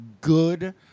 good